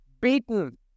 beaten